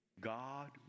God